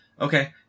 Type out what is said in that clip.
Okay